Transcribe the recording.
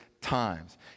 times